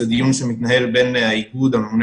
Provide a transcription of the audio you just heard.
זה דיון שמתנהל בין האיגוד עם הממונה